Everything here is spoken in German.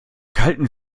kalten